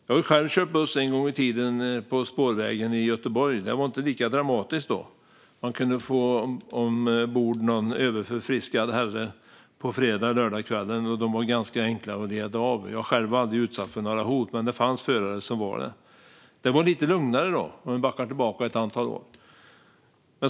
Jag har själv kört buss en gång i tiden, på spårvägen i Göteborg. Det var inte lika dramatiskt då. Man kunde få ombord någon överförfriskad herre på fredags eller lördagskvällen, och de var ganska enkla att leda av. Jag var själv aldrig utsatt för några hot, men det fanns förare som var det. Det var lite lugnare då, om vi backar tillbaka ett antal år.